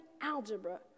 algebra